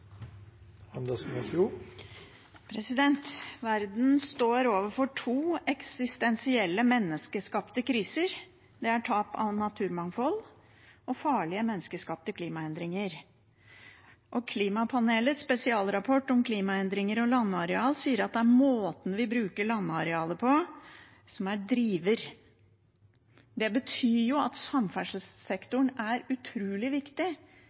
tap av naturmangfold og farlige, menneskeskapte klimaendringer. Klimapanelets spesialrapport om klimaendringer og landareal sier at det er måten vi bruker landarealet på, som er driver. Det betyr jo at samferdselssektoren er utrolig viktig,